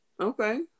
Okay